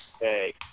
Hey